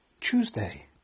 Tuesday